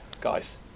guys